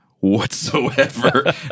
whatsoever